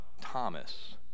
Thomas